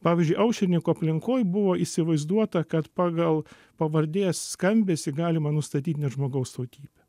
pavyzdžiui aušrininkų aplinkoj buvo įsivaizduota kad pagal pavardės skambesį galima nustatyt net žmogaus tautybę